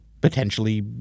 potentially